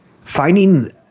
finding